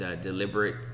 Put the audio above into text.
deliberate